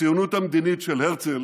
הציונות המדינית של הרצל